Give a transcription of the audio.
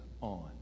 on